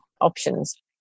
options